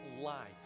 life